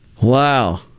Wow